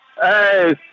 Hey